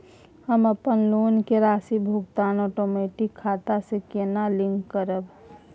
हम अपन लोन के राशि भुगतान ओटोमेटिक खाता से केना लिंक करब?